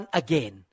again